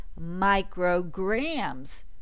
micrograms